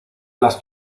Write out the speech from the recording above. las